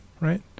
right